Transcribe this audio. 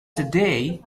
today